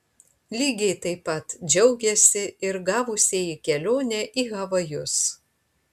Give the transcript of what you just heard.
lygiai taip pat džiaugėsi ir gavusieji kelionę į havajus